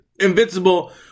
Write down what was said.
Invincible